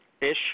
Ish